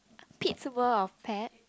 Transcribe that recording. Pete's World of Pet